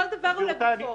כל דבר לגופו.